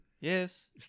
Yes